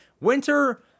Winter